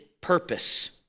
purpose